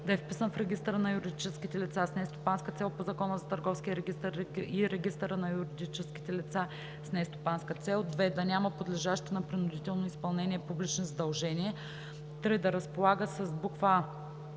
да е вписан в регистъра на юридическите лица с нестопанска цел по Закона за търговския регистър и регистъра на юридическите лица с нестопанска цел; 2. да няма подлежащи на принудително изпълнение публични задължения; 3. да разполага със: